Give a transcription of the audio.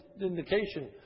indication